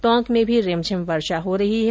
टोंक में भी रिमझिम वर्षा हो रही है